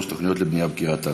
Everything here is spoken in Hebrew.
תוכניות לבנייה בקריית אתא.